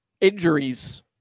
Injuries